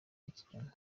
ikinyoma